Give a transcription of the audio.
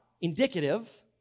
indicative